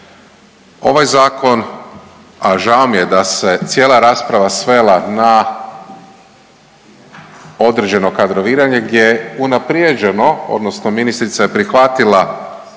Ovaj Zakon, a žao mi je da se cijela rasprava svela na određeno kadroviranje gdje je unaprijeđeno, odnosno ministrica je prihvatila